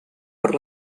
per